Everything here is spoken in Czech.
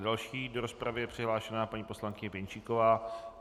Další do rozpravy je přihlášena paní poslankyně Pěnčíková.